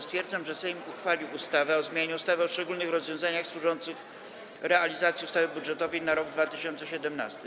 Stwierdzam, że Sejm uchwalił ustawę o zmianie ustawy o szczególnych rozwiązaniach służących realizacji ustawy budżetowej na rok 2017.